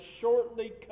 shortly